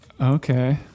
Okay